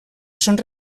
són